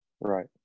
Right